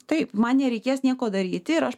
taip man nereikės nieko daryti ir aš